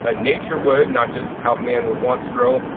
ah nature would, not just how man would want to grow.